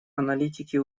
аналитики